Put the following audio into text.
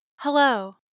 Hello